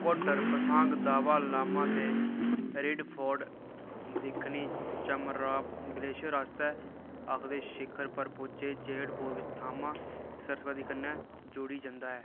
कोह्टर पसांह्ग दावा लामा ते रैडफोर्ट दक्खनी चमराव ग्लेशियर आस्तै आखदे शिखर पर पुज्जे जेह्ड़ पूर्व थामां सरस्वती कन्नै जुड़ी जंदा ऐ